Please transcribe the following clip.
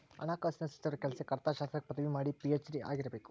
ಹಣಕಾಸಿನ ಸಚಿವರ ಕೆಲ್ಸಕ್ಕ ಅರ್ಥಶಾಸ್ತ್ರದಾಗ ಪದವಿ ಮಾಡಿ ಪಿ.ಹೆಚ್.ಡಿ ಆಗಿರಬೇಕು